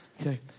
Okay